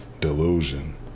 delusion